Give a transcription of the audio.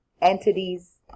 entities